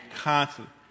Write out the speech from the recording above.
constantly